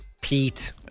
Pete